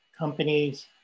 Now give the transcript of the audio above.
companies